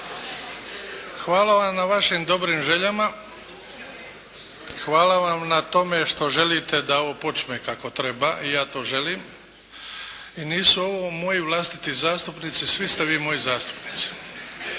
hvala vam na vašim dobrim željama. Hvala vam na tome što želite da ovo počne kako treba i ja to želim. I nisu ovo moji vlastiti zastupnici. Svi ste vi moji zastupnici.